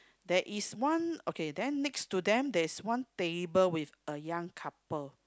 that is one okay then next to them that's one table with a young couple